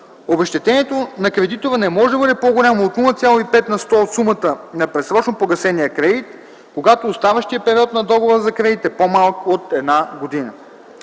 обезщетението на кредитора не може да бъде по-голямо от 0,5 на сто от сумата на предсрочно погасения кредит, когато оставащият период на договора за кредит е по-малък от 1 година.